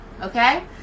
Okay